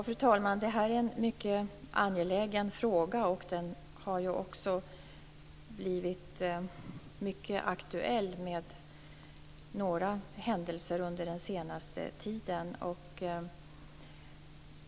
Fru talman! Det här är en mycket angelägen fråga. Den har också blivit mycket aktuell i och med några händelser den senaste tiden.